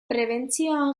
prebentzioan